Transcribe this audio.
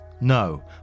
no